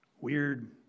Weird